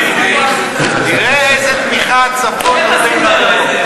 תראה איזה תמיכה הצפון נותן לדרום.